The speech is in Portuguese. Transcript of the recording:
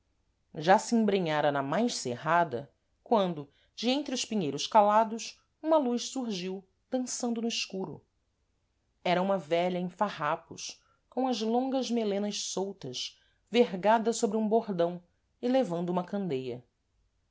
já se embrenhara na mais cerrada quando de entre os pinheiros calados uma luz surgiu dansando no escuro era uma vélha em farrapos com as longas melenas soltas vergada sôbre um bordão e levando uma candeia